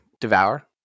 Devour